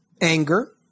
anger